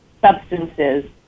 substances